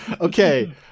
Okay